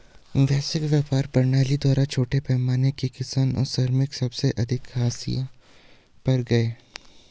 वैश्विक व्यापार प्रणाली द्वारा छोटे पैमाने के किसान और श्रमिक सबसे अधिक हाशिए पर हैं